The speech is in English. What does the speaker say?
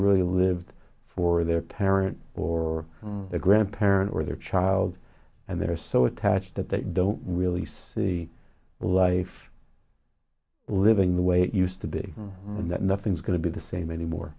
really lived for their parent or a grandparent or their child and they're so attached that they don't really see life living the way it used to be and that nothing's going to be the same anymore